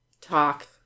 talk